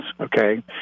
okay